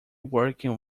working